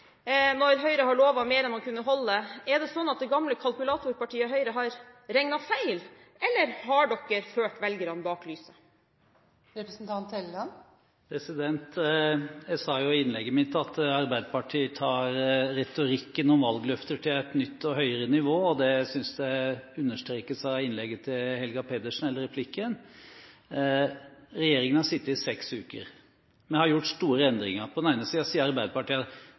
når Høyre har lovet mer enn man kunne holde: Er det sånn at det gamle kalkulatorpartiet Høyre har regnet feil, eller har dere ført velgerne bak lyset? Jeg sa i innlegget mitt at Arbeiderpartiet tar retorikken om valgløfter til et nytt og høyere nivå, og det synes jeg understrekes av replikken til Helga Pedersen. Regjeringen har sittet i seks uker. Vi har gjort store endringer. På den ene siden sier Arbeiderpartiet